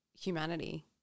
humanity